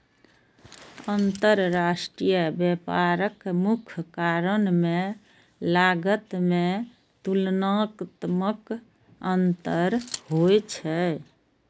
अंतरराष्ट्रीय व्यापारक मुख्य कारण मे लागत मे तुलनात्मक अंतर होइ छै